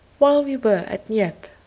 while we were at nieppe,